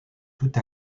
toute